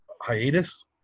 hiatus